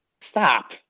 Stop